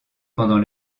pendant